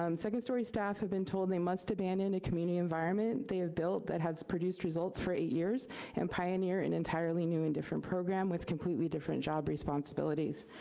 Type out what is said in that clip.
um second story staff have been told they must abandon a community environment they have built that has produced results for eight years and pioneer an and entirely new and different program with completely different job responsibilities.